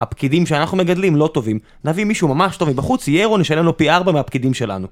הפקידים שאנחנו מגדלים לא טובים נביא מישהו ממש טוב מבחוץ יאירו נשלם לו פי 4 מהפקידים שלנו